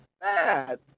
bad